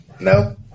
No